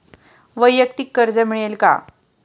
वैयक्तिक कर्ज मिळेल का?